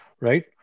right